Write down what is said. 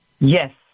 Yes